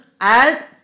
add